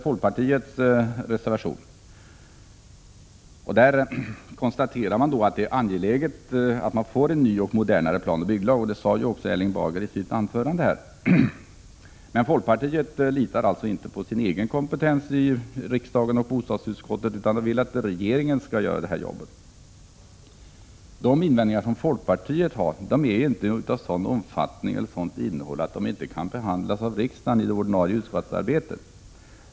Folkpartiet konstaterar i sin reservation att det är angeläget att vi får en ny och modern planoch bygglag, och det framhöll också Erling Bager i sitt anförande. Men folkpartiet litar inte på sin egen kompetens i bostadsutskottet och i riksdagen utan vill att regeringen skall göra jobbet. De invändningar som folkpartiet har är inte av sådan omfattning och sådant innehåll att de inte kan behandlas av riksdagen i det ordinarie utskottsarbetet.